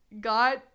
got